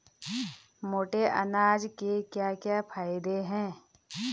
मोटे अनाज के क्या क्या फायदे हैं?